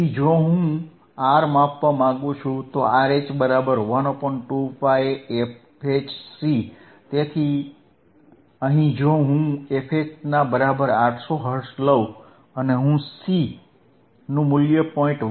તેથી જો હું R માપવા માંગુ છું તો RH 12πfHC તેથી અહીં જો હું fH ના બરાબર 800 Hertz લઉ અને હું C નું મૂલ્ય 0